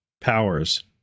powers